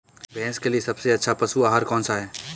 भैंस के लिए सबसे अच्छा पशु आहार कौनसा है?